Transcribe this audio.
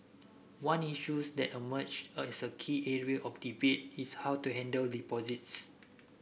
one issues that emerged as a key area of debate is how to handle deposits